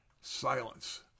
Silence